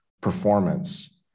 performance